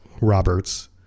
Roberts